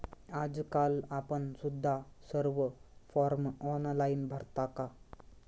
आजकाल आपण सुद्धा सर्व फॉर्म ऑनलाइन भरता का?